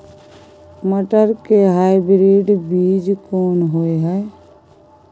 मटर के हाइब्रिड बीज कोन होय है?